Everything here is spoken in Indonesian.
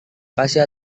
kasih